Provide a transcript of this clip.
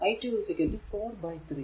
i2 4 by 3